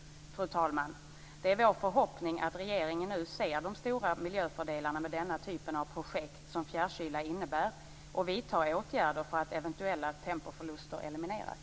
Fru talman! Det är vår förhoppning att regeringen nu ser de stora miljöfördelarna med denna typ av projekt som fjärrkyla innebär och vidtar åtgärder för att eventuella tempoförluster skall elimineras.